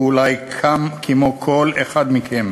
ואולי גם כמו כל אחד מכם: